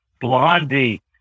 blondie